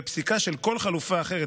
ופסיקה של כל חלופה אחרת,